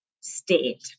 state